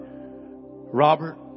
Robert